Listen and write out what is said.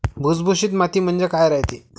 भुसभुशीत माती म्हणजे काय रायते?